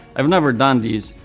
i've never done these.